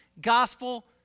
gospel